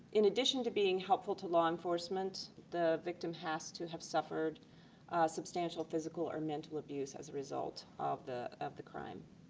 in addition to being helpful to law enforcement, the victim has to have suffered substantial physical or mental abuse as a result of the of the crime.